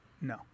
no